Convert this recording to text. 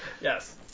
Yes